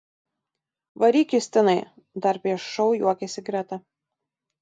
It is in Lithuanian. varyk justinai dar prieš šou juokėsi greta